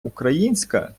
українська